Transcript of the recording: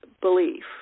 belief